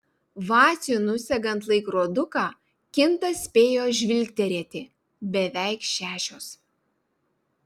vaciui nusegant laikroduką kintas spėjo žvilgterėti beveik šešios